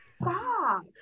stop